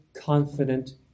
confident